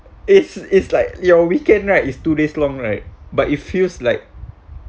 it's it's like your weekend right is two days long right but it feels like